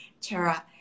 Tara